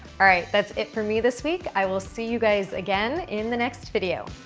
all right, that's it for me this week. i will see you guys again in the next video.